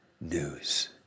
news